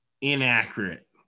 inaccurate